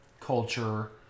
culture